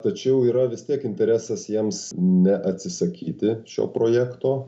tačiau yra vis tiek interesas jiems neatsisakyti šio projekto